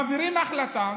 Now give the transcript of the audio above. מעבירים החלטה,